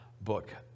book